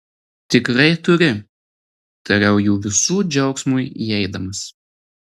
tikrai turi tariau jų visų džiaugsmui įeidamas